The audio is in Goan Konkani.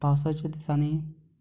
पावसाच्या दिसांनी